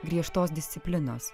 griežtos disciplinos